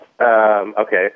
Okay